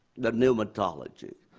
the new mentality.